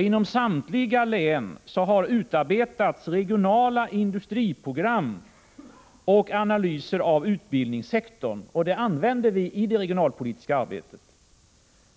Inom samtliga län har utarbetats regionala industriprogram och analyser av utbildningssektorn. Dessa använder vi i det regionalpolitiska arbetet.